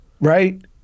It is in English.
Right